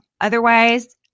Otherwise